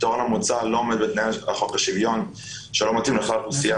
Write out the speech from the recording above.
הפתרון המוצע אינו עומד בתנאי חוק השוויון שלא מתאים לכלל האוכלוסייה